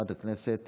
חברת הכנסת